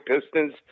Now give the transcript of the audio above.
Pistons